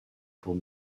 pour